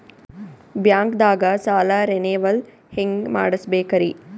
ಬ್ಯಾಂಕ್ದಾಗ ಸಾಲ ರೇನೆವಲ್ ಹೆಂಗ್ ಮಾಡ್ಸಬೇಕರಿ?